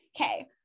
Okay